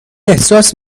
احساس